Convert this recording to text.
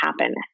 happen